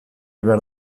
behar